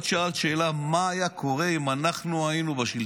את שאלת שאלה: מה היה קורה אם אנחנו היינו בשלטון?